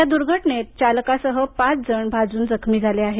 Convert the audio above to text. या दुर्घटनेत चालकासह पाच जण भाजून जखमी झाले आहेत